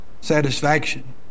satisfaction